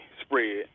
spread